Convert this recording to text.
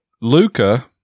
Luca